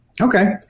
Okay